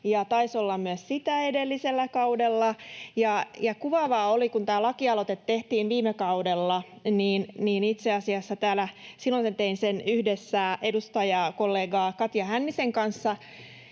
taisi olla myös sitä edellisellä kaudella. Kuvaavaa oli, että kun tämä lakialoite tehtiin viime kaudella — itse asiassa silloin tein sen yhdessä edustajakollega Katja Hännisen kanssa